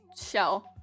shell